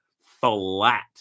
flat